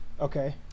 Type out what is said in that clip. Okay